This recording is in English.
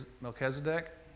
Melchizedek